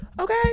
okay